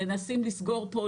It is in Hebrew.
מנסים לסגור פה,